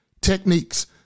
techniques